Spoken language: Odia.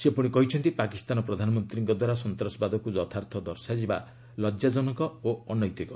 ସେ ପୁଶି କହିଛନ୍ତି ପାକିସ୍ତାନ ପ୍ରଧାନମନ୍ତ୍ରୀଙ୍କ ଦ୍ୱାରା ସନ୍ତାସବାଦକୁ ଯଥାର୍ଥ ଦର୍ଶାଯିବା ଲଜ୍ୟା ଜନକ ଓ ଅନୈତିକ